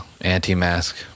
anti-mask